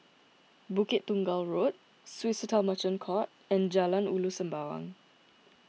Bukit Tunggal Road Swissotel Merchant Court and Jalan Ulu Sembawang